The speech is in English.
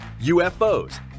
UFOs